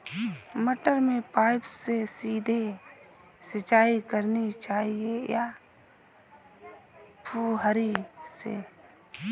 मटर में पाइप से सीधे सिंचाई करनी चाहिए या फुहरी से?